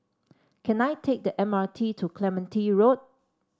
can I take the M R T to Clementi Road